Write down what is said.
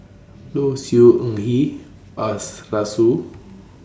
Low Siew Nghee